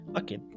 Okay